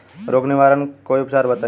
रोग निवारन कोई उपचार बताई?